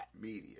media